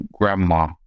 grandma